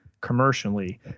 commercially